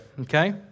okay